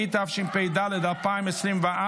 התשפ"ד 2024,